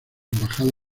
embajada